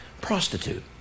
prostitute